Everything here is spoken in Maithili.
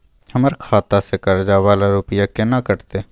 हमर खाता से कर्जा वाला रुपिया केना कटते?